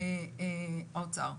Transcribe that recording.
והאוצר,